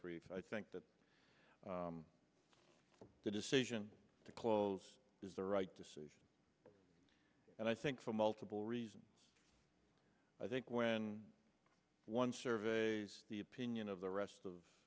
brief i think that the decision to close is the right decision and i think for multiple reasons i think when one survey the opinion of the rest of